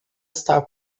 está